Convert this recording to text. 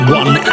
one